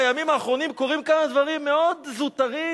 בימים האחרונים קורים כמה דברים מאוד זוטרים,